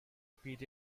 period